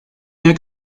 mehr